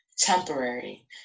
Temporary